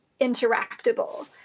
interactable